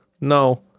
no